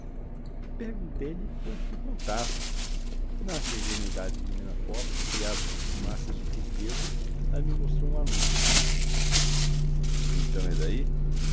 trabalhar perguntei-lhe com o que contava na sua ingenuidade de menina pobre criada com fumaças de riqueza ela me mostrou um anúncio então é daí